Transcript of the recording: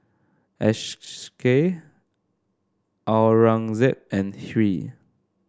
Aurangzeb and Hri